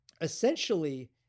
essentially